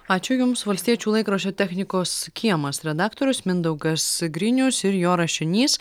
ačiū jums valstiečių laikraščio technikos kiemas redaktorius mindaugas grinius ir jo rašinys